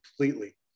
completely